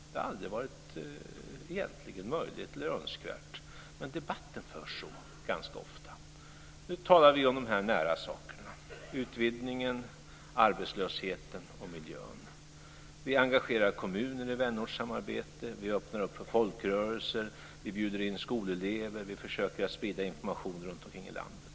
Det har egentligen aldrig varit möjligt eller önskvärt men debatten förs ganska ofta så. Nu talar vi om de nära sakerna: utvidgningen, arbetslösheten och miljön. Vi har engagerat kommuner i vänortssamarbete. Vi öppnar upp för folkrörelser. Vi bjuder in skolelever. Vi försöker sprida information runtom i landet.